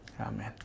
amen